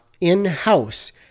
in-house